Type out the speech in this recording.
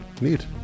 Neat